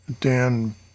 Dan